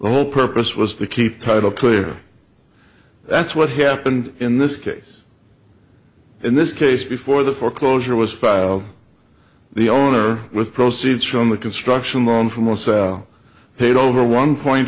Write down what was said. the whole purpose was to keep title clear that's what happened in this case in this case before the foreclosure was filed the owner with proceeds from the construction loan from the sal paid over one point